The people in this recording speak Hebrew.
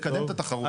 לקדם את התחרות.